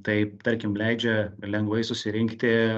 tai tarkim leidžia lengvai susirinkti